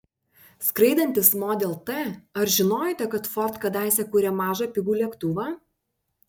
skraidantis model t ar žinojote kad ford kadaise kūrė mažą pigų lėktuvą